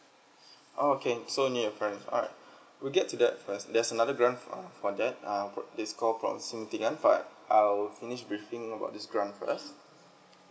okay so near your parent alright we'll get to that first there's another grant uh for that uh for is call proximity grant but I'll finish briefing about this grant first